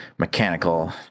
Mechanical